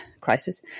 crisis